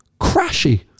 crashy